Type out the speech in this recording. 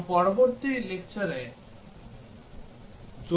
এবং আমরা পরবর্তী লেকচারে জোড়া ভিত্তিক পরীক্ষার বিষয়ে আলোচনা করব